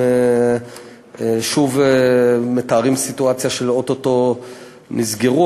הם שוב מתארים סיטואציה של או-טו-טו נסגרים.